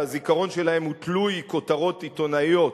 הזיכרון שלהם הוא תלוי כותרות עיתונאיות.